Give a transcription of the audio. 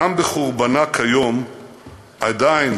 "גם בחורבנה כיום עדיין